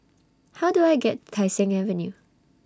How Do I get Tai Seng Avenue